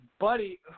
buddy